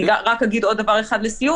אני אגיד עוד דבר לסיום.